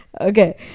Okay